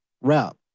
wrap